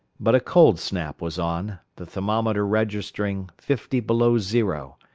but a cold snap was on, the thermometer registering fifty below zero,